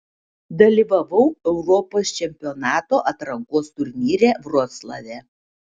dalyvavau europos čempionato atrankos turnyre vroclave